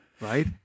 Right